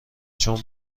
چون